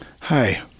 Hi